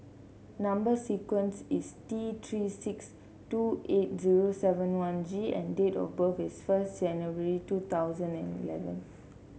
number sequence is T Three six two eight zero seven one G and date of birth is one January two thousand and eleven